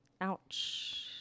ouch